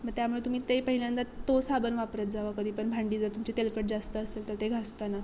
मग त्यामुळे तुम्ही ते पहिल्यांदा तो साबण वापरत जावा कधी पण भांडी जर तुमची तेलकट जास्त असेल तर ते घासताना